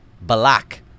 Balak